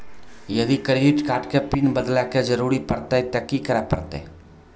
यदि credit card के PIN बदले के जरूरी परतै ते की करे परतै?